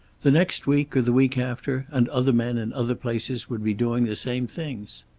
the next week, or the week after, and other men in other places would be doing the same things.